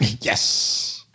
Yes